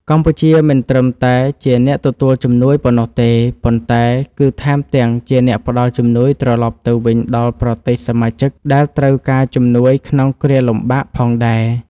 កម្ពុជាមិនត្រឹមតែជាអ្នកទទួលជំនួយប៉ុណ្ណោះទេ ប៉ុន្តែ គឺថែមទាំងជាអ្នកផ្តល់ជំនួយត្រឡប់ទៅវិញដល់ប្រទេសសមាជិកដែលត្រូវការជំនួយក្នុងគ្រាលំបាកផងដែរ។